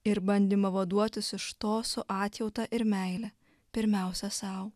ir bandymą vaduotis iš to su atjauta ir meile pirmiausia sau